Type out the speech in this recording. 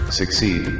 succeed